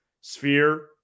sphere